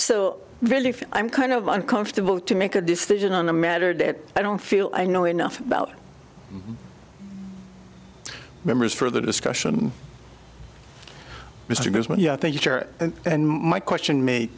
so really i'm kind of uncomfortable to make a decision on the matter that i don't feel i know enough about members for the discussion mr grossman that your and my question may